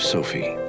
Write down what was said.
Sophie